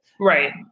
Right